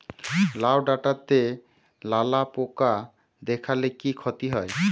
লাউ ডাটাতে লালা পোকা দেখালে কি ক্ষতি হয়?